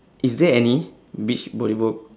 is there any beach volleyball